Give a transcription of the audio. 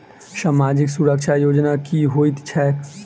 सामाजिक सुरक्षा योजना की होइत छैक?